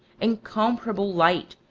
incomparable light,